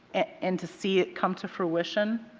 and, to see it come to fruition,